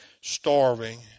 starving